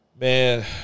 man